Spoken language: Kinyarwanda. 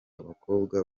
abakobwa